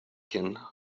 can